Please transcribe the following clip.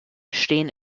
stehen